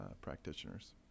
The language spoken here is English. practitioners